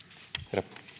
herra